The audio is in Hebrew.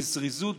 בזריזות,